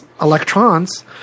electrons